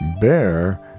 bear